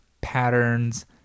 patterns